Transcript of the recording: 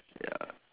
ya